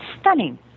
stunning